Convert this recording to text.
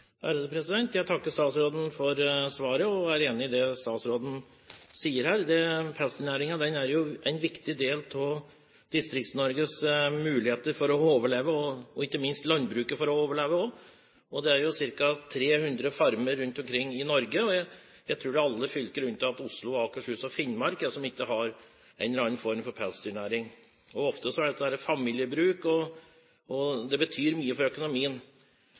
Jeg takker statsråden for svaret og er enig i det statsråden sier. Pelsdyrnæringen er en viktig del av Distrikts-Norges muligheter for å overleve, og ikke minst for at landbruket skal overleve. Det er ca. 300 farmer rundt omkring i Norge, og jeg tror at alle fylker unntatt Oslo, Akershus og Finnmark har en eller annen form for pelsdyrnæring. Ofte er dette familiebruk, og det betyr mye for økonomien.